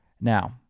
Now